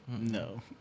No